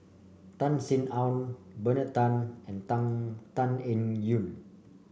Tan Sin Aun Bernard Tan and Tan Tan Eng Yoon